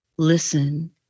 listen